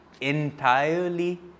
entirely